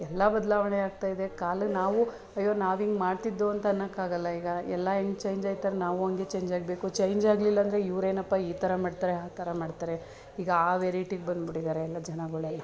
ಎಲ್ಲ ಬದಲಾವಣೆ ಆಗ್ತಾಯಿದೆ ಕಾಲು ನಾವು ಅಯ್ಯೋ ನಾವು ಹಿಂಗೆ ಮಾಡ್ತಿದ್ದೋ ಅಂತ ಅನ್ನೋಕ್ಕಾಗೋಲ್ಲ ಈಗ ಎಲ್ಲ ಹೆಂಗೆ ಚೇಂಜ್ ಆಗ್ತರೆ ನಾವು ಹಂಗೆ ಚೇಂಜ್ ಆಗಬೇಕು ಚೈಂಜೇ ಆಗ್ಲಿಲ್ಲ ಅಂದ್ರೆ ಇವರೇನಪ್ಪ ಈ ಥರ ಮಾಡ್ತಾರೆ ಆ ಥರ ಮಾಡ್ತಾರೆ ಈಗ ಆ ವೆರೈಟಿಗೆ ಬಂದ್ಬಿಟ್ಟಿದ್ದಾರೆ ಎಲ್ಲ ಜನಗಳೆಲ್ಲ